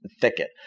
thicket